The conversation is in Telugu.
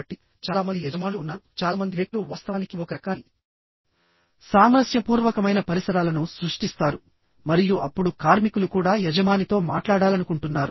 కాబట్టి చాలా మంది యజమానులు ఉన్నారు చాలా మంది వ్యక్తులు వాస్తవానికి ఒక రకాన్ని సామరస్యపూర్వకమైన పరిసరాలను సృష్టిస్తారు మరియు అప్పుడు కార్మికులు కూడా యజమానితో మాట్లాడాలనుకుంటున్నారు